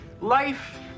Life